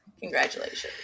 Congratulations